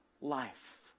life